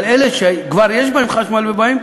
אבל אלה שכבר יש להם חשמל ומים,